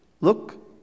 look